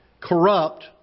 corrupt